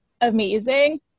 amazing